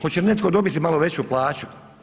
Hoće li netko dobiti malo veću plaću?